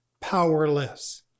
powerless